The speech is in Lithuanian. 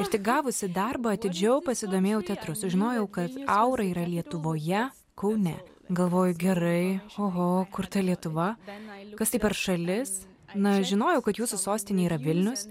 ir tik gavusi darbą atidžiau pasidomėjau teatru sužinojau kad aura yra lietuvoje kaune galvoju gerai oho kur ta lietuva kas tai per šalis na žinojau kad jūsų sostinė yra vilnius